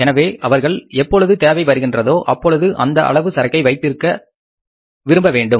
எனவே அவர் எப்பொழுது தேவை வருகின்றதோ அப்பொழுது அந்த அளவு சரக்கை வைத்து இருக்க விரும்ப வேண்டும்